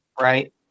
Right